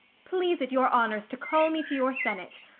please it your honours to call me to your senate,